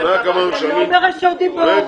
--- סליחה, אתם לא ברשות דיבור.